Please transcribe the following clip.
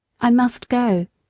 i must go,